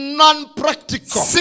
non-practical